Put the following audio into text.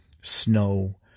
snow